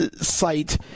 site